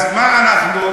אז מה אנחנו?